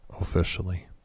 Officially